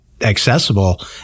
Accessible